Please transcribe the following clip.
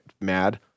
mad